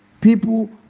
People